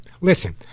Listen